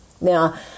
Now